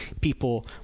People